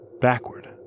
backward